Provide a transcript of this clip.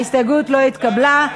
ההסתייגות לא התקבלה.